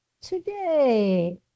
Today